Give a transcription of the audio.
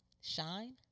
shine